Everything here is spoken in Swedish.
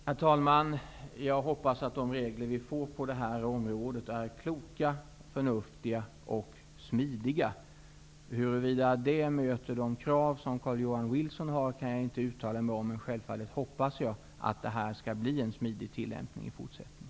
Herr talman! Jag hoppas att de regler som vi får på det här området blir kloka, förnuftiga och smidiga. Huruvida de möter de krav som Carl-Johan Wilson har kan jag inte uttala mig om, men självfallet hoppas jag att det skall bli en smidig tillämpning i fortsättningen.